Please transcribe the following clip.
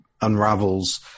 unravels